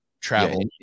travel